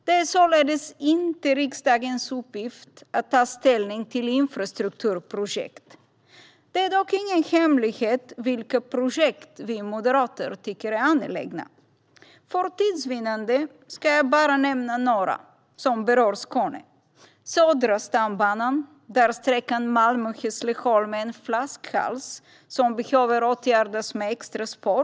Det är således inte riksdagens uppgift att ta ställning till infrastrukturprojekt. Det är dock ingen hemlighet vilka projekt som vi moderater tycker är angelägna. För tids vinnande ska jag bara nämna några som berör Skåne. Ett viktigt projekt är Södra stambanan, där sträckan Malmö-Hässleholm är en flaskhals som behöver åtgärdas med extra spår.